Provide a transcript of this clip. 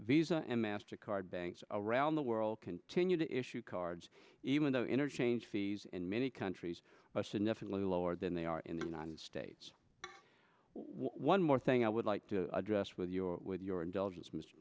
visa and mastercard banks around the world continue to issue cards even though interchange fees in many countries are significantly lower than they are in the united states one more thing i would like to address with your with your indulgence mr